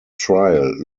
trial